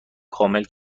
کامل